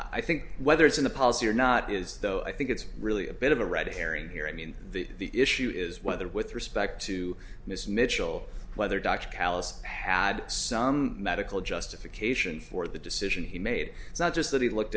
i think whether it's in the policy or not is though i think it's really a bit of a red herring here i mean the issue is whether with respect to miss mitchell whether dr callous had some medical justification for the decision he made it's not just that he looked